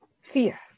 fear